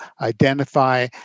identify